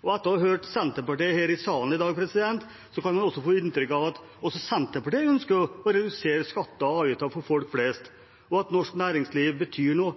og etter å ha hørt Senterpartiet i salen her i dag, kan man få inntrykk av at også Senterpartiet ønsker å redusere skatter og avgifter for folk flest, og at norsk næringsliv betyr